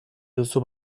duzu